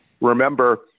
remember